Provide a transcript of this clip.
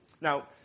Now